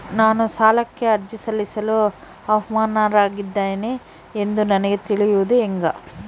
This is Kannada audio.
ನಾನು ಸಾಲಕ್ಕೆ ಅರ್ಜಿ ಸಲ್ಲಿಸಲು ಅರ್ಹನಾಗಿದ್ದೇನೆ ಎಂದು ನನಗ ತಿಳಿಯುವುದು ಹೆಂಗ?